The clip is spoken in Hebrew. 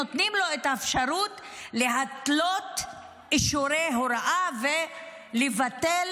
נותנים לו את האפשרות להתלות אישורי הוראה ולבטל